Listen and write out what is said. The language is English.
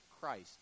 Christ